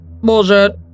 bullshit